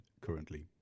currently